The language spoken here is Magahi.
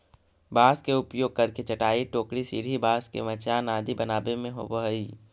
बाँस के उपयोग करके चटाई, टोकरी, सीढ़ी, बाँस के मचान आदि बनावे में होवऽ हइ